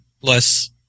less